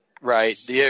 Right